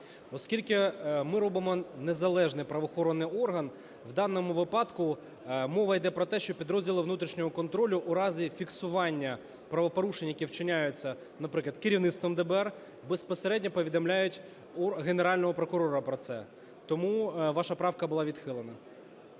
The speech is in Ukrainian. Оскільки ми робимо незалежний правоохоронний орган, у даному випадку мова йде про те, що підрозділи внутрішнього контролю в разі фіксування правопорушень, які вчиняються, наприклад, керівництвом ДБР, безпосередньо повідомляють Генерального прокурора про це. Тому ваша правка була відхилена.